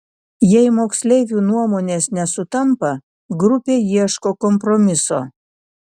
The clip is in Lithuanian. jei moksleivių nuomonės nesutampa grupė ieško kompromiso